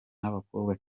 n’abakobwa